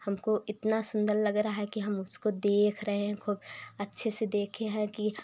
हमको इतना सुन्दर लग रहा है कि हम उसको देख रहे हैं खूब अच्छे से देखे हैं कि